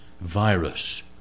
virus